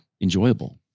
enjoyable